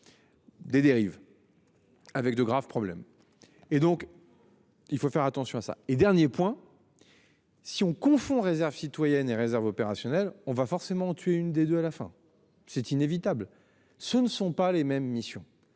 Des dérives. Avec de graves problèmes et donc. Il faut faire attention à ça. Et dernier point. Si on confond réserve citoyenne et réserve opérationnelle on va forcément tu es une des deux à la fin, c'est inévitable. Ce ne sont pas les mêmes missions.